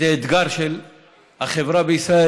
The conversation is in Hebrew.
זה אתגר של החברה בישראל,